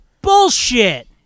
Bullshit